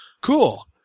cool